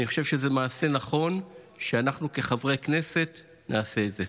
אני חושב שזה מעשה שנכון שאנחנו כחברי כנסת נעשה את זה.